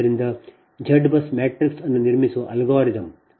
ಆದ್ದರಿಂದ ಈಗ Z BUS matrix ಅನ್ನು ನಿರ್ಮಿಸುವ ಅಲ್ಗಾರಿದಮ್